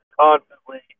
constantly